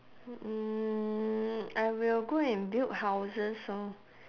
hmm I will go and build houses orh